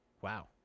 Wow